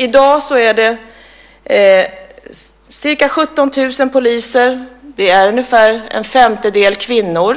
I dag finns det ca 17 000 poliser. Ungefär en femtedel är kvinnor.